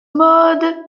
mode